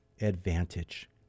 advantage